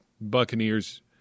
Buccaneers